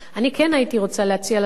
אני כן הייתי רוצה להציע לשר,